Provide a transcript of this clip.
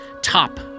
top